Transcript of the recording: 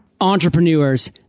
Entrepreneurs